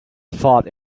thought